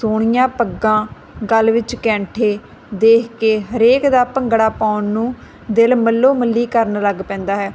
ਸੋਹਣੀਆ ਪੱਗਾਂ ਗਲੇ ਵਿੱਚ ਕੈਂਠੇ ਦੇਖ ਕੇ ਹਰੇਕ ਦਾ ਭੰਗੜਾ ਪਾਉਣ ਨੂੰ ਦਿਲ ਮੱਲੋ ਮੱਲੀ ਕਰਨ ਲੱਗ ਪੈਂਦਾ ਹੈ